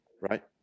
right